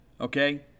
okay